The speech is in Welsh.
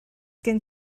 gen